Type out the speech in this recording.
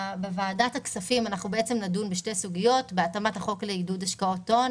בוועדת הכספים נדון בשתי סוגיות: בהתאמת החוק לעידוד השקעות הון